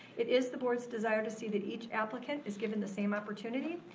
it is the board's desire to see that each applicant is given the same opportunity.